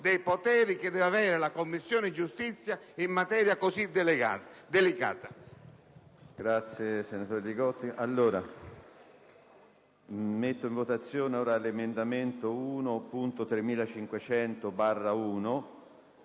e i poteri che deve avere la Commissione giustizia in materie così delicate.